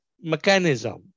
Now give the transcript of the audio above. mechanism